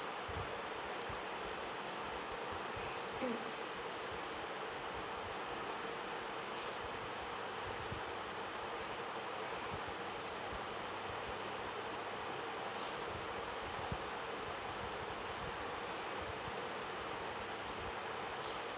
mm